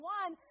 one